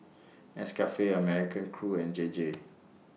Nescafe American Crew and J J